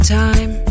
time